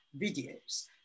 videos